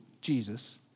Jesus